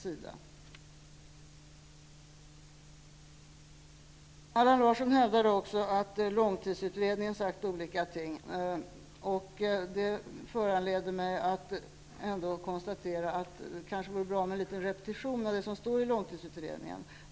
Allan Larsson hävdade också att långtidsutredningen sagt olika ting. Det föranleder mig att konstatera att det kanske vore bra med en liten repetition av vad som står i långtidsutredningen.